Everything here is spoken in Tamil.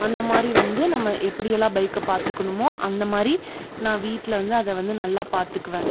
அந்தமாதிரி வந்து நம்ம எப்படி எல்லா பைக்கை பார்த்துக்கணுமோ அந்தமாதிரி நான் வீட்டில் வந்து அதை வந்து நல்லா பார்த்துக்குவேன்